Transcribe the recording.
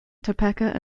topeka